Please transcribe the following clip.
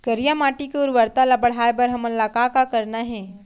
करिया माटी के उर्वरता ला बढ़ाए बर हमन ला का करना हे?